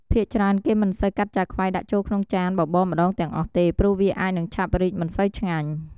ភាគច្រើនគេមិនសូវកាត់ឆាខ្វៃដាក់ចូលក្មុងចានបបរម្តងទាំងអស់ទេ ព្រោះវាអាចនឹងឆាប់រីកមិនសូវឆ្ញាញ់។